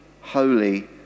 holy